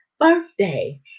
birthday